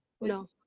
no